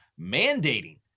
mandating